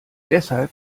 deshalb